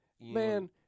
Man